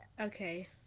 Okay